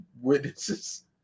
witnesses